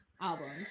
albums